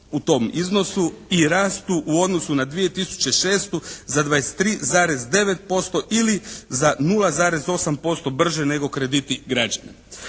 u tom iznosu i rastu u odnosu na 2006. za 23,9% ili za 0,8% brže nego krediti građana.